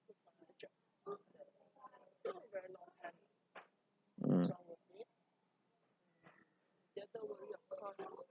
mm